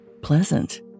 pleasant